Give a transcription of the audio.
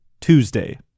Tuesday